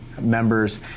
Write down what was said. members